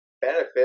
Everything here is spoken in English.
benefit